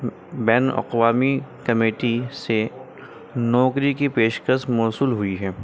بین الاقوامی کمیٹی سے نوکری کی پیشکش موصول ہوئی ہے